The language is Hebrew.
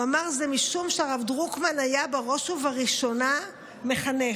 הוא אמר: זה משום שהרב דרוקמן היה בראש ובראשונה מחנך.